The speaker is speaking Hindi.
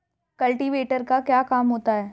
कल्टीवेटर का क्या काम होता है?